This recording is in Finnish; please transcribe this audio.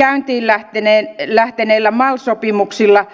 hyvin käyntiin lähteneitä mal sopimuksia